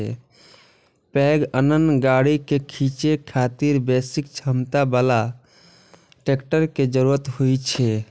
पैघ अन्न गाड़ी कें खींचै खातिर बेसी क्षमता बला ट्रैक्टर के जरूरत होइ छै